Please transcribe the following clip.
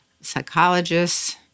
psychologists